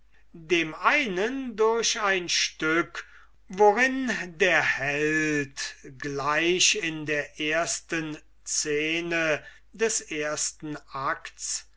dem einen durch ein stück worin der held gleich in der ersten scene des ersten acts